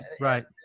right